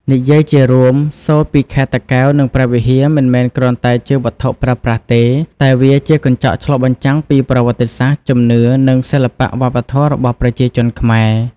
និយាយជារួម សូត្រពីខេត្តតាកែវ និងព្រះវិហារ មិនមែនគ្រាន់តែជាវត្ថុប្រើប្រាស់ទេ តែវាជាកញ្ចក់ឆ្លុះបញ្ចាំងពីប្រវត្តិសាស្ត្រ ជំនឿ និងសិល្បៈវប្បធម៌របស់ប្រជាជនខ្មែរ។